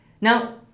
Now